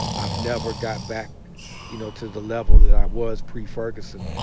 i've never got back you know to the level that i was pre-ferguson,